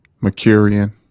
Mercurian